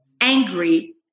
angry